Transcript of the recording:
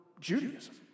Judaism